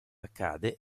accade